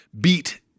beat